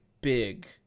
big